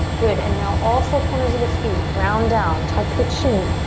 good, and now all four corners of the feet ground down, tuck the chin,